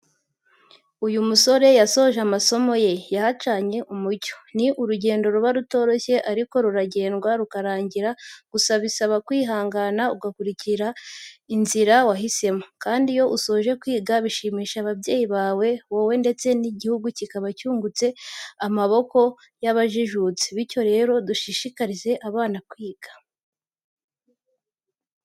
Uyu musore yasoje amasomo ye, yahacanye umucyo. Ni urugendo ruba rutoroshye ariko ruragendwa rukarangira gusa bisaba kwihangana ugakurikira inzira wahisemo, kandi iyo usoje kwiga bishimisha ababyeyi bawe, wowe ndetse n'igihugu kiba cyungutse amaboko yabajijutse. Bityo rero dushishikarize abana kwiga.